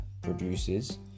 produces